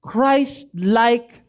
Christ-like